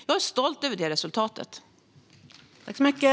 Jag är stolt över det resultatet.